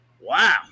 wow